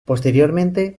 posteriormente